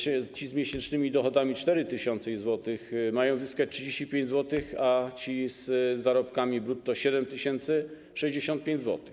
Ci z miesięcznymi dochodami 4000 zł mają zyskać 35 zł, a ci z zarobkami brutto 7 tys. zł - 65 zł.